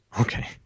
Okay